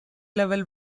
level